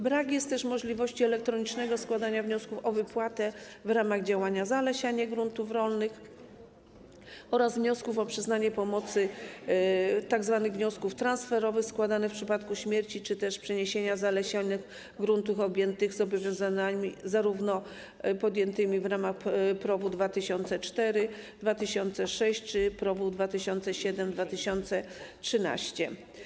Brak jest też możliwości elektronicznego składania wniosków o wypłatę w ramach zalesiania gruntów rolnych oraz wniosków o przyznanie pomocy, czyli tzw. wniosków transferowych, składanych w przypadku śmierci lub przeniesienia zalesionych gruntów objętych zobowiązaniami podjętymi zarówno w ramach PROW 2004-2006, jak i PROW 2007-2013.